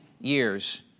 years